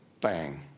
bang